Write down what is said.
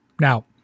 Now